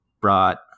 brought